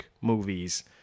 movies